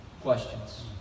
questions